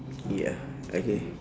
ya okay